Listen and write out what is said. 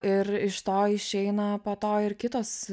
ir iš to išeina po to ir kitos